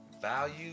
value